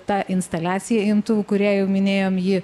ta instaliacija imtuvų kurie jau minėjom ji